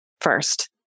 first